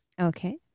Okay